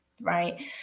right